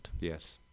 Yes